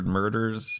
murders